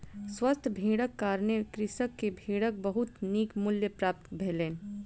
स्वस्थ भेड़क कारणें कृषक के भेड़क बहुत नीक मूल्य प्राप्त भेलै